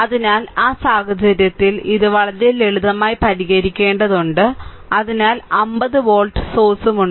അതിനാൽ ആ സാഹചര്യത്തിൽ ഇത് വളരെ ലളിതമായി പരിഹരിക്കേണ്ടതുണ്ട് അതിനാൽ 50 വോൾട്ട് സോഴ്സ്സ്സുമുണ്ട്